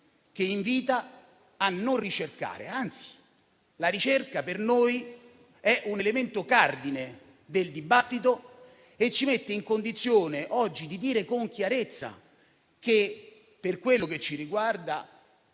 che inviti non a fare ricerca; anzi, la ricerca per noi è un elemento cardine del dibattito e ci mette in condizione oggi di muovere con chiarezza, per quello che ci riguarda,